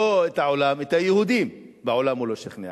לא את העולם, את היהודים בעולם הוא לא שכנע.